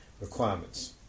requirements